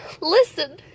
listen